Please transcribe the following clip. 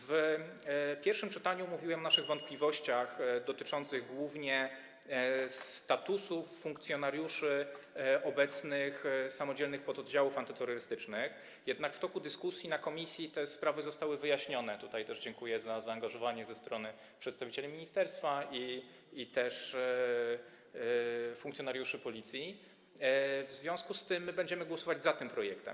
W pierwszym czytaniu mówiłem o naszych wątpliwościach dotyczących głównie statusu funkcjonariuszy obecnych samodzielnych pododdziałów antyterrorystycznych, jednak w toku dyskusji w komisji te sprawy zostały wyjaśnione - tutaj też dziękuję za zaangażowanie ze strony przedstawicieli ministerstwa i funkcjonariuszy Policji - w związku z tym będziemy głosować za tym projektem.